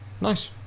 nice